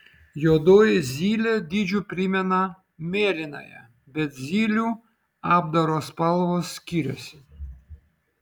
juodoji zylė dydžiu primena mėlynąją bet zylių apdaro spalvos skiriasi